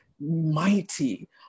mighty